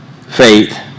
faith